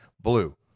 blue